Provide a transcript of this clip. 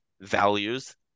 values